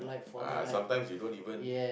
ah sometimes you don't even